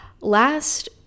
Last